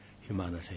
humanity